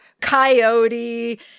coyote